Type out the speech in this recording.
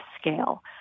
scale